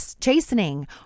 chastening